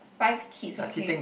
five kids okay